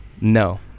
No